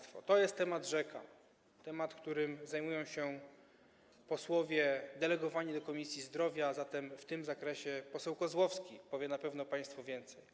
To jest temat rzeka, temat, którym zajmują się posłowie delegowani do Komisji Zdrowia, a zatem w tym zakresie poseł Kozłowski na pewno powie państwu więcej.